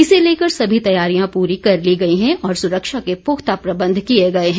इसे लेकर सभी तैयारियां पूरी कर ली गई हैं और सुरक्षा के पुख्ता प्रबंध किए गए हैं